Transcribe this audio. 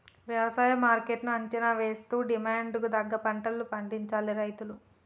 వ్యవసాయ మార్కెట్ ను అంచనా వేస్తూ డిమాండ్ కు తగ్గ పంటలను పండించాలి రైతులు